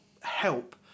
help